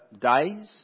days